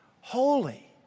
Holy